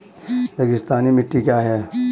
रेगिस्तानी मिट्टी क्या है?